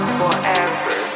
forever